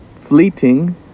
fleeting